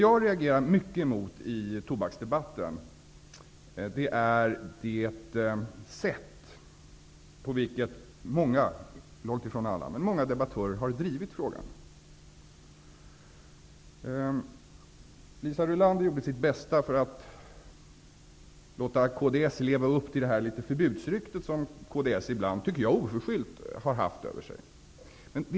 Jag reagerar mot det sätt på vilket många -- långt ifrån alla -- debattörer har drivit frågan i tobaksdebatten. Liisa Rulander gjorde sitt bästa för att låta kds leva upp till det förbudsrykte som kds ibland litet oförskyllt har haft över sig.